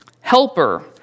Helper